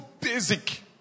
basic